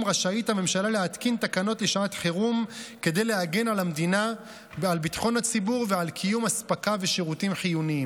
ועדת החוץ והביטחון של הכנסת החליטה לאשר את ההכרזה.